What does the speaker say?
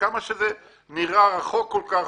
כמה שזה נראה רחוק כל כך